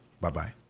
Bye-bye